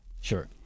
Sure